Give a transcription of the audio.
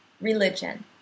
Religion